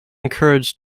encouraged